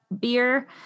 beer